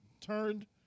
turned